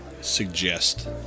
suggest